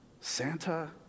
Santa